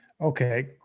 Okay